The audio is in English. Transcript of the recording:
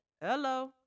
Hello